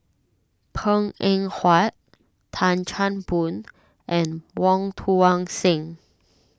Png Eng Huat Tan Chan Boon and Wong Tuang Seng